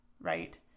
right